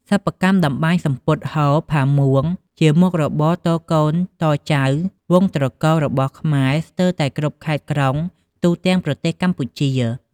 សិប្បកម្មតម្បាញសំពត់ហូល ផាមួងជាមុខរបរតកូនតចៅវង្សត្រកូលរបស់ខ្មែរស្ទើរតែគ្រប់ខេត្ត-ក្រុងទូទាំងប្រទេសកម្ពុជា។